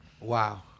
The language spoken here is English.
Wow